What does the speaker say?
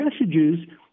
messages